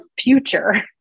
future